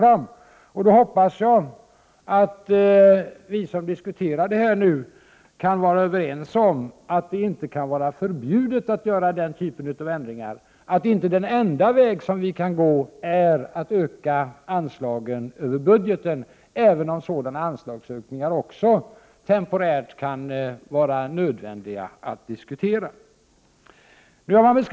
Jag hoppas att vi som nu diskuterar detta kan vara överens om att det inte kan vara förbjudet att göra den typen av ändringar, att inte den enda väg vi kan gå är att öka anslagen över budgeten — även om också sådana anslagsökningar temporärt kan vara nödvändiga att diskutera.